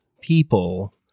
people